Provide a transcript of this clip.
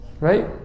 Right